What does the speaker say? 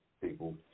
people